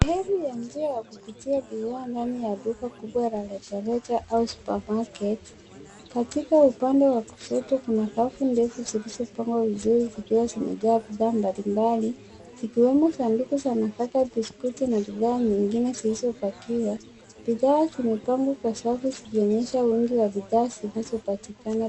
Sehemu ya njia ya kupitia bidhaa ndani ya duka kubwa la rejareja au supermarket . Katika upande wa kushoto kuna rafu ndefu zilizopangwa vizuri zikiwa zimejaa bidhaa mbali mbali, zikiwemo sanduku za nafaka, biskuti na bidhaa nyingine zilizopakiwa. Bidhaa zimepangwa kwa safu zikionyesha wengi wa bidhaa zinazopatikana.